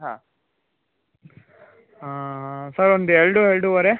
ಹಾಂ ಸರ್ ಒಂದು ಎರಡು ಎರಡೂವರೆ